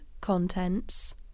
Contents